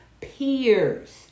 peers